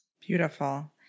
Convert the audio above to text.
Beautiful